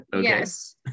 Yes